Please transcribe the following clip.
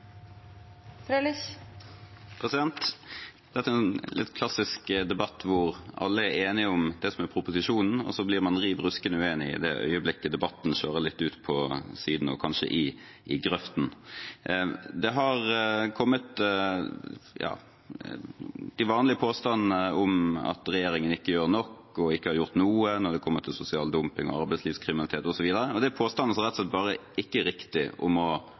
vi styrke dette arbeidet ytterligere. Dette er en klassisk debatt der alle er enige om det som står i proposisjonen, og så blir man riv ruskende uenige i det øyeblikket debatten kjører litt ut på siden og kanskje i grøften. Det har kommet de vanlige påstandene om at regjeringen ikke gjør nok og ikke har gjort noe når det kommer til sosial dumping og arbeidslivskriminalitet osv. Det er påstander som rett og slett ikke er riktige, og de må avvises fra denne talerstolen. Alle er enige om